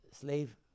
slave